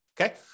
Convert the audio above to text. okay